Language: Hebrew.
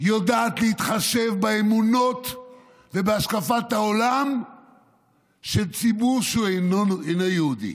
יודעת להתחשב באמונות ובהשקפת העולם של ציבור שהוא איננו יהודי,